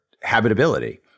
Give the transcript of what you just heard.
habitability